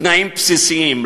תנאים בסיסיים.